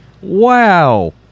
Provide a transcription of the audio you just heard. Wow